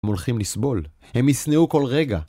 הם הולכים לסבול. הם ישנאו כל רגע.